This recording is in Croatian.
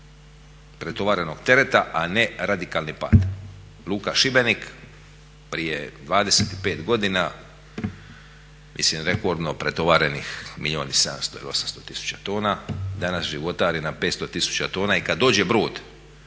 pretovarenog tereta, a ne radikalni pad. Luka Šibenik prije 25 godina mislim rekordno pretovarenih milijun 700 ili 800 tisuća tona, danas životare na 500 tisuća tona i kada dođe brod